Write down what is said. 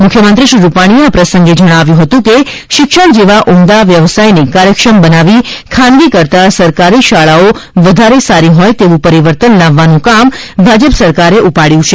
મુખ્યમંત્રી વિજય રૂપાણીએ કહ્યું હતું કે શિક્ષણ જેવા ઉમદા વ્યવસાયને કાર્યક્ષમ બનાવી ખાનગી કરતા સરકારી શાળાઓ વધારે સારી હોય તેવું પરિવર્તન લાવવાનું કામ ભાજપ સરકારે ઉપાડચું છે